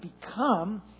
become